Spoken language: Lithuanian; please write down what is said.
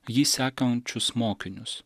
jį sekančius mokinius